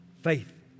faith